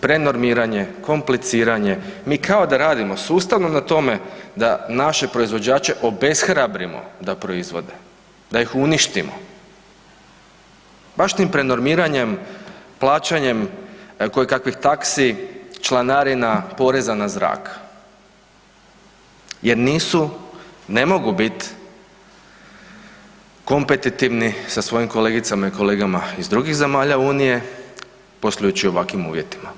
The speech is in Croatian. Prenormiranje, kompliciranje, mi kao da radimo sustavno na tome da naše proizvođače obeshrabrimo da proizvode, da ih uništimo, baš tim prenormiranjem, plaćanjem koje kakvih taksi, članarina, poreza na zrak jer nisu ne mogu bit kompetitivni sa svojom kolegicom i kolegama iz drugih zemalja Unije poslujući u ovakvim uvjetima.